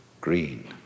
green